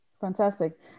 Fantastic